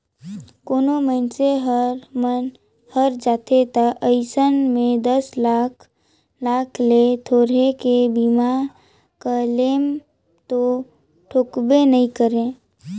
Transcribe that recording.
कोनो मइनसे हर मन हर जाथे त अइसन में दस लाख लाख ले थोरहें के बीमा क्लेम तो ठोकबे नई करे